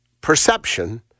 perception